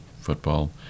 football